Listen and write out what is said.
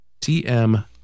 TM